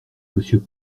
monsieur